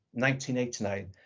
1989